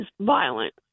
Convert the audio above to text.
violent